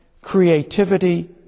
creativity